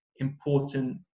important